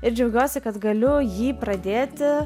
ir džiaugiuosi kad galiu jį pradėti